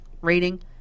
rating